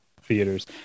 theaters